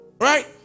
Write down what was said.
Right